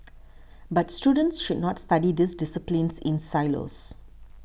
but students should not study these disciplines in silos